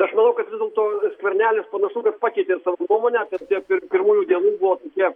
aš manau kad vis dėlto skvernelis panašu kad pakeitė savo nuomonę tie pirm pirmųjų dienų buvo tokie